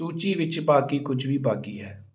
ਸੂਚੀ ਵਿੱਚ ਬਾਕੀ ਕੁਝ ਵੀ ਬਾਕੀ ਹੈ